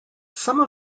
some